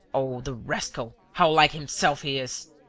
oh, the rascal, how like himself he is!